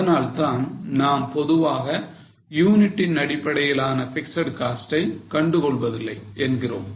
அதனால்தான் நாம் பொதுவாக யூனிட்டின் அடிப்படையிலான பிக்ஸட் காஸ்ட் ஐ கண்டுகொள்வதில்லை என்கிறோம்